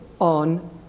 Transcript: on